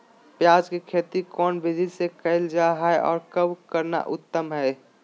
प्याज के खेती कौन विधि से कैल जा है, और कब करना उत्तम है?